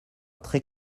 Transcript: très